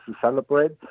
celebrate